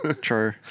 True